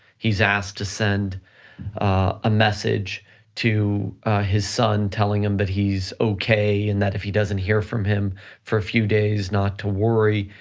he's asked to send a message to his son telling him that but he's okay, and that if he doesn't hear from him for few days, not to worry,